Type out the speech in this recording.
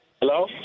Hello